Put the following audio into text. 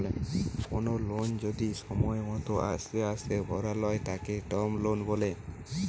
কোনো লোন যদি সময় মতো আস্তে আস্তে ভরালয় তাকে টার্ম লোন বলে